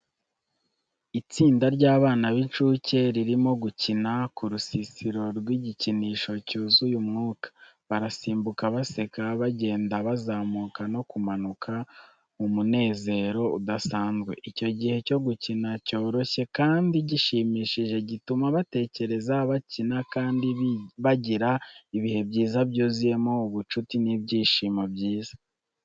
Itsinda ry’abana b’incuke ririmo gukina ku rusisiro rw’igikinisho cyuzuye umwuka. Barasimbuka, baseka, bagenda bazamuka no kumanuka mu munezero udasanzwe. Icyo gihe cyo gukina cyoroshye kandi gishimishije gituma batekereza, bakina, kandi bagira ibihe byiza byuzuyemo ubucuti n’ibyishimo byiza.